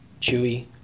Chewy